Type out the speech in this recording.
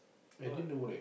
no right